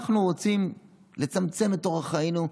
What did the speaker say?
אנחנו רוצים לצמצם את אורח חיינו,